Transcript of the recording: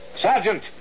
Sergeant